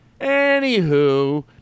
Anywho